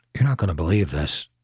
you're not going to believe this,